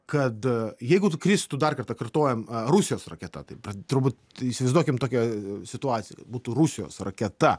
kad jeigu tu kristų dar kartą kartojan rusijos raketa taip turbūt įsivaizduokim tokią situaciją kad būtų rusijos raketa